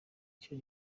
cyo